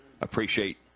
appreciate